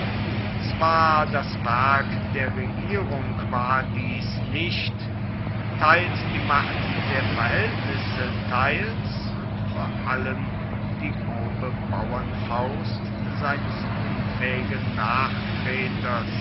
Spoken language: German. zwar das werk der regierung war dies nicht teils die macht der verhältnisse teils und vor allem die grobe bauernfaust seines unfähigen nachtreters